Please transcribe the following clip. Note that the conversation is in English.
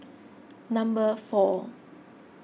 number four